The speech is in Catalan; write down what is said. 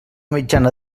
mitjana